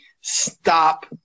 stop